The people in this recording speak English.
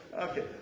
Okay